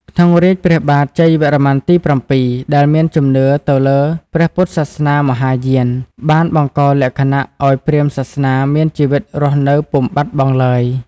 ក្នុងរាជ្យព្រះបាទជ័យវរ្ម័នទី៧ ដែលមានជំនឿទៅលើព្រះពុទ្ធសាសនាមហាយាន បានបង្កលក្ខណៈឱ្យព្រាហ្មណ៍សាសនាមានជីវិតរស់នៅពុំបាត់បង់ឡើយ។